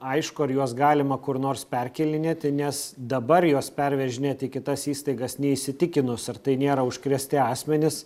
aišku ar juos galima kur nors perkėlinėti nes dabar juos pervežinėti į kitas įstaigas neįsitikinus ar tai nėra užkrėsti asmenys